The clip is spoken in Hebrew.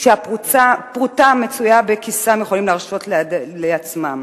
שהפרוטה מצויה בכיסם, יכולים להרשות לעצמם.